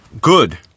good